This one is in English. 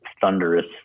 thunderous